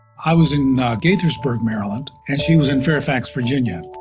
i was in gaithersburg, maryland and she was in fairfax, virginia.